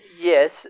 Yes